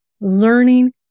learning